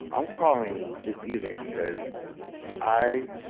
i'm calling this evening because i